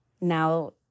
now